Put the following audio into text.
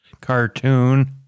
cartoon